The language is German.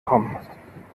kommen